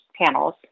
panels